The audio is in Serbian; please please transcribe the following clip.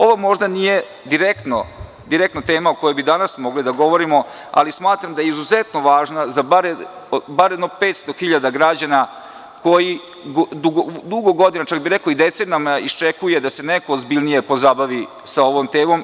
Ovo možda nije direktna tema o kojoj bi danas mogli da govorimo, ali smatram da je izuzetno važna za bar jedno 500 hiljada građana koji dugo godina, čak bih rekao i decenijama iščekuju da se neko ozbiljnije pozabavi sa ovom temom.